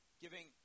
giving